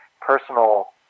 personal